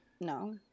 No